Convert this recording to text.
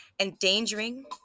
endangering